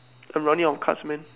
I'm running out of cards man